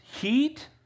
Heat